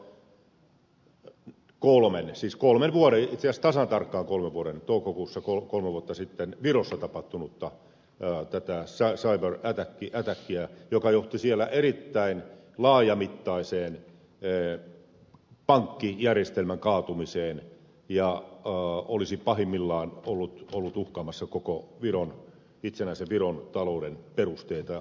ajatellaan vaan kolme yksi s kolmen vuoden sijasta vuotta itse asiassa tasan tarkkaan kolme vuotta sitten toukokuussa virossa tapahtunutta cyber attackia joka johti siellä erittäin laajamittaiseen pankkijärjestelmän kaatumiseen ja olisi pahimmillaan ollut uhkaamassa koko itsenäisen viron talouden perusteita